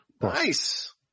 Nice